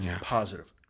positive